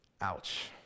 Ouch